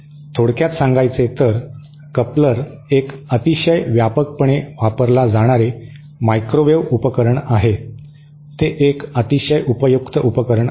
थोडक्यात सांगायचे तर कपलर एक अतिशय व्यापकपणे वापरला जाणारे मायक्रोवेव्ह उपकरण आहे ते एक अतिशय उपयुक्त उपकरण आहे